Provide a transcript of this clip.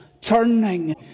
turning